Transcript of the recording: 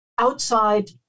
outside